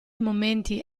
momenti